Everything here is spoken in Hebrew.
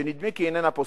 שנדמה כי איננה פוסקת.